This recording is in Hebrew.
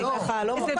לא.